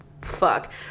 Fuck